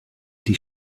die